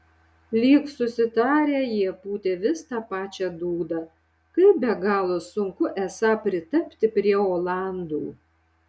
lyg susitarę jie pūtė vis tą pačią dūdą kaip be galo sunku esą pritapti prie olandų